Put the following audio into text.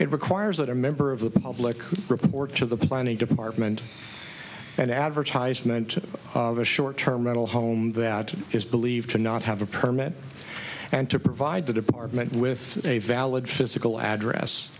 it requires that a member of the public report to the planning department an advertisement of a short term rental home that is believed to not have a permit and to provide the department with a valid physical address